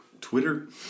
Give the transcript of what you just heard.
Twitter